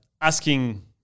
asking